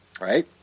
right